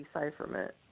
decipherment